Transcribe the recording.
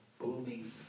booming